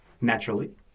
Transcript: Naturally